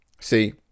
See